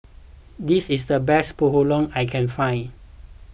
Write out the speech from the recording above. this is the best Bahulu I can find